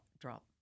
drop